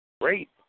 Great